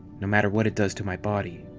no matter what it does to my body.